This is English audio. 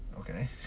Okay